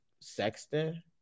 Sexton